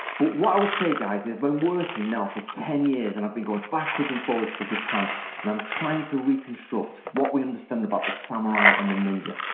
but what i would say, guys, i've been working now for ten years and i've been going backwards and forwards to japan and i'm trying to reconstruct what we understand about the samurai and the ninja.